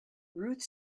ruth